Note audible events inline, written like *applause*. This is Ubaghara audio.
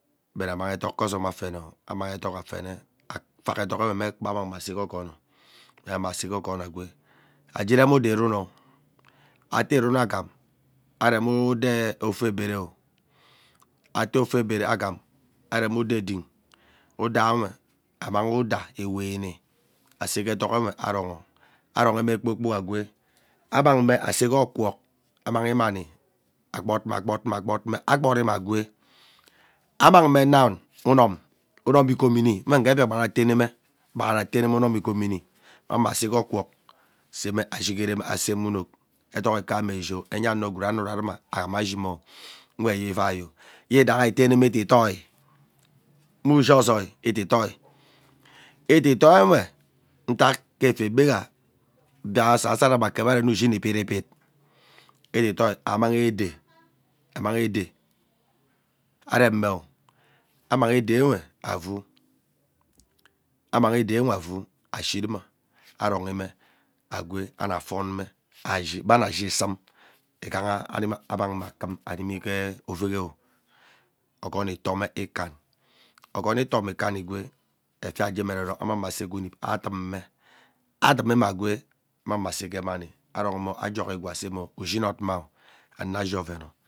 Egbe mme amang edok ghee osom afene, ammnghi edok afene afak edok mme, mme ekpame asee ghee okonoamanghi asee ghee okon agwee agee irome udaa irino ate irin agham arem udaa ofebere ate ofebere agham aran udeen udaowe amang udaa iwini ase ghee edokuwe aron, aronme kpoor kpok agwee annangme asse ghee okwuk ammag imani agbok, agbog, agbog, agbog me agwee ammang now asee ghee unum unum ighonimi mme nghe Biakpan ateneme ugbaghara ateneme unom ighomini amangme asee ke okwuk aseme ashigereme asee mme unok edok nkaha eshio enya ano gwood anurama ruma mme ye ivai ye daihi itememe ididoi mme ushi ozoi ididoi ididoinwe utak kefiagha gbe asasari ari kevi ari nne ushii nne biri bit ididoi *noise* ammang ede amang ede areme oh amang edewe avuu ammang edenwe avuu ashiruma aronhi mme agwee ana foonme ashi ghana ashi isum, ighah ana ammang me akum amangme animi ghee ovegheeoh okoon itome ikan okoon itome ikan igwee efia we ajeeme eroron ammang me aseghe unup adume adimine agweee ammang me aseghe mami aronme ajok igwaa aseme ushi inot maoh ano ashi oveno